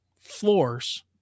floors